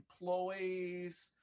employees